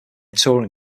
turin